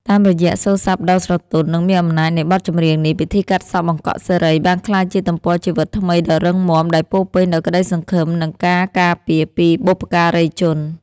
តាមរយៈសូរស័ព្ទដ៏ស្រទន់ និងមានអំណាចនៃបទចម្រៀងនេះ ពិធីកាត់សក់បង្កក់សិរីបានក្លាយជាទំព័រជីវិតថ្មីដ៏រឹងមាំ ដែលពោរពេញដោយក្តីសង្ឃឹម និងការការពារពីបុព្វការីជន។